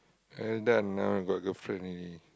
uh done now got girlfriend already